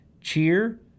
cheer